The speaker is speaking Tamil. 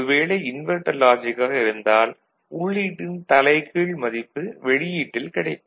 ஒரு வேளை இன்வெர்ட்டர் லாஜிக் ஆக இருந்தால் உள்ளீட்டின் தலைகீழ் மதிப்பு வெளியீட்டில் கிடைக்கும்